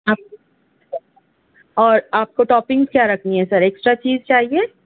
اور آپ کو ٹاپنگس کیا رکھنی ہے سر ایکسٹرا چیز چاہئے